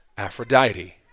Aphrodite